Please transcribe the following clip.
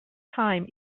time